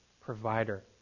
provider